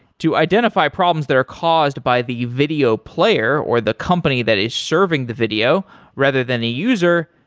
to identify problems that are caused by the video player or the company that is serving the video rather than a user,